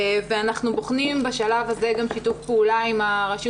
ואנחנו בוחנים בשלב הזה גם שיתוף פעולה עם הרשות